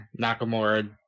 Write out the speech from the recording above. Nakamura